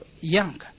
young